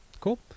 Cool